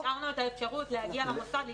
-- אז השארנו את האפשרות להגיע למוסד,